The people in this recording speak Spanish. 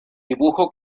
dibujo